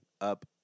up